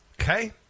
Okay